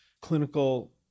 clinical